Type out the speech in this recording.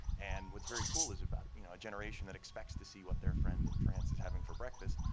and what's very cool is about, you know, a generation that expects to see what their friend in france is having for breakfast,